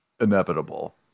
inevitable